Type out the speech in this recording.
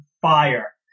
fire